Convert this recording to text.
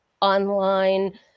online